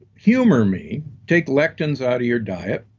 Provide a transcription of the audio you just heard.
humor me, take lectins out of your diet,